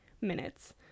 minutes